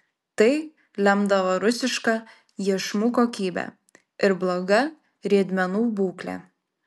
tai lemdavo rusiška iešmų kokybė ir bloga riedmenų būklė